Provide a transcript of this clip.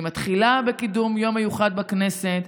אני מתחילה בקידום יום מיוחד בכנסת,